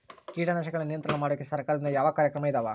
ಕೇಟನಾಶಕಗಳ ನಿಯಂತ್ರಣ ಮಾಡೋಕೆ ಸರಕಾರದಿಂದ ಯಾವ ಕಾರ್ಯಕ್ರಮ ಇದಾವ?